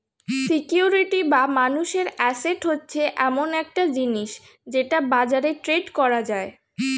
security বা মানুষের asset হচ্ছে এমন একটা জিনিস যেটা বাজারে ট্রেড করা যায়